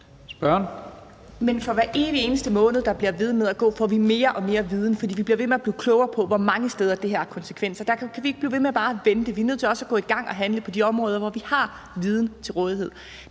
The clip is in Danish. (KF): Men for hver evig eneste måned, der bliver ved med at gå, får vi mere og mere viden, for vi bliver ved med at blive klogere på, hvor mange steder det her har konsekvenser. Derfor kan vi ikke blive ved med bare at vente. Vi er nødt til også at gå i gang og handle på de områder, hvor vi har viden til rådighed.